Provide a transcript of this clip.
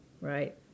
Right